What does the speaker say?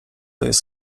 jest